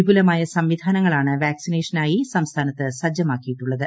വിപുലമായ സംവിധാനങ്ങളാണ് വാക്സിനേഷനായി സംസ്ഥാനത്ത് സജ്ജമാക്കിയിട്ടുള്ളത്